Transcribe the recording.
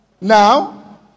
Now